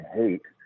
hate